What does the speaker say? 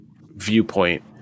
viewpoint